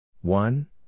One